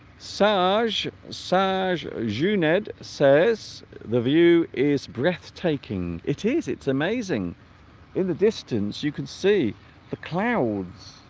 sarge sarge june ed says the view is breathtaking it is it's amazing in the distance you can see the clouds